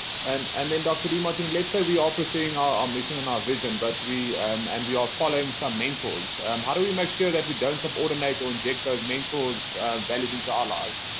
and and then dr. demartini, let's say we are ah pursuing our our mission and our vision, but we um and we are following some mentors. how do we make sure that we don't subordinate or inject those mentors values into our lives?